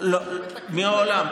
מעולם,